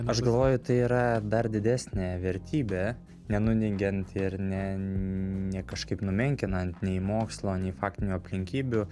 aš galvoju tai yra dar didesnė vertybė nenuneigiant ir ne ne kažkaip nu menkinant nei mokslo nei faktinių aplinkybių